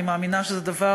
אני מאמינה שזה דבר